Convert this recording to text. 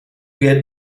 get